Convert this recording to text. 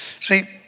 See